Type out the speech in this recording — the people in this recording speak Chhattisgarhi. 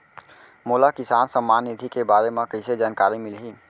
मोला किसान सम्मान निधि के बारे म कइसे जानकारी मिलही?